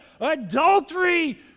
adultery